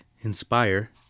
inspire